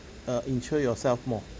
uh insure yourself more